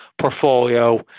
portfolio